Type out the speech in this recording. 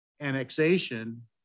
annexation